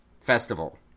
festival